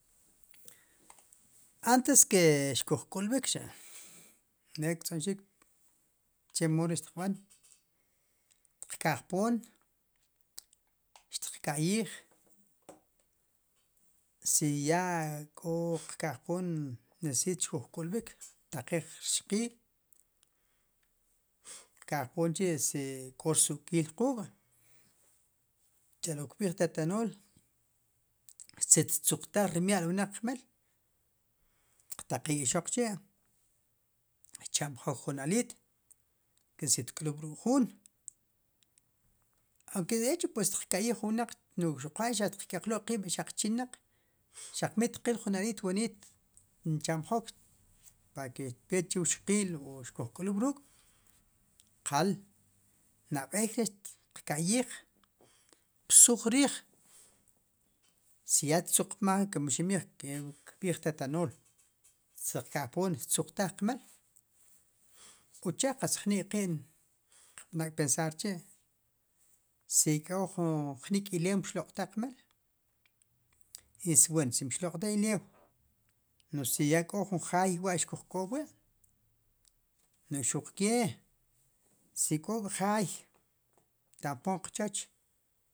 Antes ke xkuj k'ulb'ik cha' chemo ri xtiqb'an, qka'jpoon, xtiq ka'yij, si yaa k'o qka'jpoom. necesiit xkuj k'ulb'ik, xtaaqiij rxqiil. qka'jpoon chi' si k'o rsu'kiil quuk' cha'lo kb'iij tatanool, si tzuqtaaj rmya'l wnaq qmaal. qtaqiij ixoq chi' cha'mb'jook jun aliit, si tk'lub' ruk'juun, aque de hecho xtiq ka'yiij jun wnaq, no'j xuqaal xaq tiq k'eqlo'k qiib' chinaq xaq mitqiil jun aliit, xtin cha'b'jook, pake xpechuwqiil, xkuj k'lub'ruuk' qaal nab'eey re' qka'yiij. xtiqb'suj riij, si ya tzuqmaaj kum ximb'iij kirb'iij xiq tatanool, si ka'jpoom si ya xttzuqtaaj qmaal, uche' qatz jnik'qi'n qb'ak'pensarr chi' si k'o ju jnik'ilew mxoq'taaj qmaal, wen si mloq'taaj ilew mu si ya k'o jun jaay, wa'xkuj k'oob'wi' no'j xuq kee si k'o jaay ta'mpoom qchooch.